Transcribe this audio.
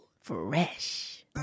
Fresh